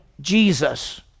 Jesus